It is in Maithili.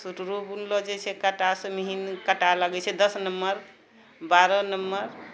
सुटरो बुनलो जाइ छै काँटासँ मीही मीही काँटा लगै छै दस नम्बर बारह नम्बर